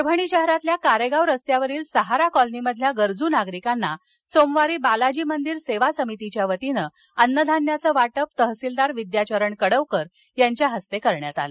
परभणी शहरातील कारेगांव रस्त्यावरील सहारा कॉलनीतील गरजू नागरिकांना सोमवारी बालाजी मंदिर सेवा समितीच्यावतीने अन्न धान्याचे वाटप तहसीलदार विद्याचरण कडवकर यांच्या हस्ते करण्यात आले